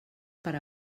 per